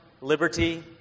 liberty